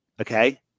Okay